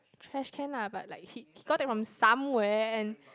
trash can lah but like he he got to take from somewhere and